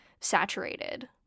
saturated